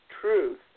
truth